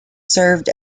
served